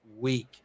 week